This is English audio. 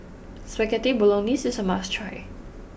Spaghetti Bolognese is a must try